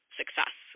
success